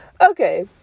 Okay